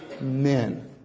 men